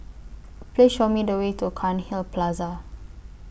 Please Show Me The Way to Cairnhill Plaza